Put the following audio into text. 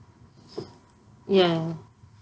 ya